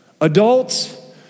Adults